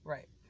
Right